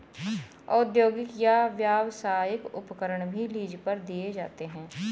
औद्योगिक या व्यावसायिक उपकरण भी लीज पर दिए जाते है